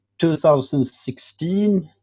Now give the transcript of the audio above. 2016